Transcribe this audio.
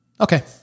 Okay